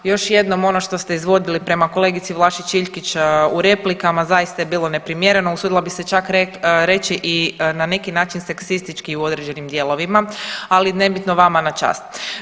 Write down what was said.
Još jednom ono što ste izvodili prema kolegici Vlašić Iljkić u replikama, zaista je bilo neprimjereno, usudila bih se čak reći i na neki način seksistički u određenim dijelovima, ali nebitno vama na čast.